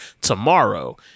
tomorrow